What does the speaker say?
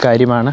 കാര്യമാണ്